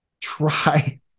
try